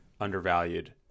undervalued